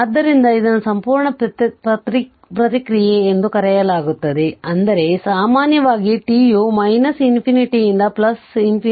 ಆದ್ದರಿಂದ ಇದನ್ನು ಸಂಪೂರ್ಣ ಪ್ರತಿಕ್ರಿಯೆ ಎಂದು ಕರೆಯಲಾಗುತ್ತದೆ ಅಂದರೆ ಸಾಮಾನ್ಯವಾಗಿ t ಯು ∞ ಯಿಂದ ∞